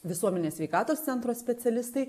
visuomenės sveikatos centro specialistai